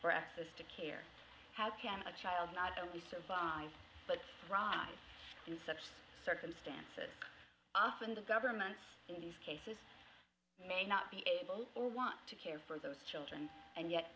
for access to care how can a child not only survive but thrive in such circumstances often the governments in these cases may not be able or want to care for those children and yet